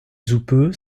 houppeux